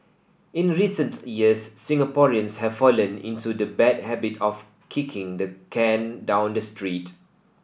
in recent years Singaporeans have fallen into the bad habit of kicking the can down the street